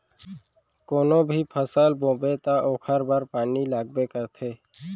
कोनो भी फसल बोबे त ओखर बर पानी लगबे करथे